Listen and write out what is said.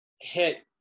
hit